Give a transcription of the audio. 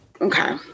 okay